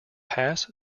pass